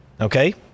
okay